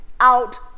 out